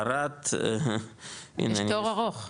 בערד --- יש תור ארוך.